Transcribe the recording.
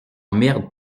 emmerde